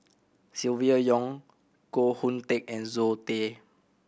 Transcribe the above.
Silvia Yong Koh Hoon Teck and Zoe Tay